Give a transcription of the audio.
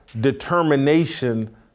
determination